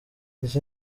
iki